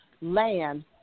land